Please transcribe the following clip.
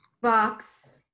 box